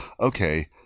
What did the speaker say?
okay